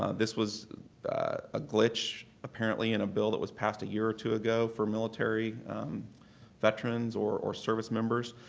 this was a glitch, apparently, in a bill that was passed a year or two ago for military veterans or or service members.